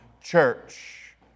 church